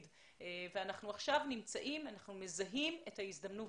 ואנחנו עכשיו נמצאים ומזהים את ההזדמנות.